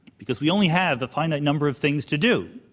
because we only have a finite number of things to do.